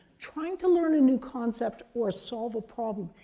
trying to learn a new concept or solve a problem,